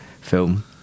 film